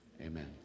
Amen